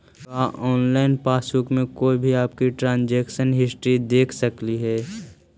का online passbook में कोई भी आपकी ट्रांजेक्शन हिस्ट्री देख सकली हे